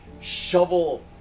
shovel